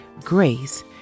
grace